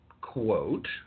quote